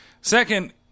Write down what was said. Second